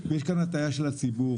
ויש כאן הטעיה של הציבור